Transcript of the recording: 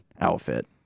outfit